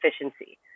efficiency